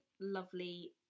lovely